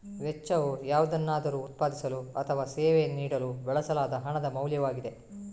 ವೆಚ್ಚವು ಯಾವುದನ್ನಾದರೂ ಉತ್ಪಾದಿಸಲು ಅಥವಾ ಸೇವೆಯನ್ನು ನೀಡಲು ಬಳಸಲಾದ ಹಣದ ಮೌಲ್ಯವಾಗಿದೆ